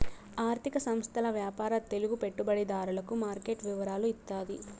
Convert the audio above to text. ఆర్థిక సంస్థల వ్యాపార తెలుగు పెట్టుబడిదారులకు మార్కెట్ వివరాలు ఇత్తాది